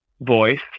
voice